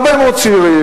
הרבה מאוד צעירים,